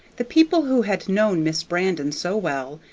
the people who had known miss brandon so well,